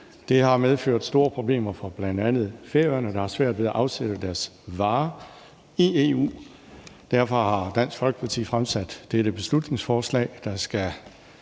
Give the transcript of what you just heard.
Det har medført store problemer for bl.a. Færøerne, der har svært ved at afsætte deres varer i EU. Derfor har Dansk Folkeparti fremsat dette beslutningsforslag, der skal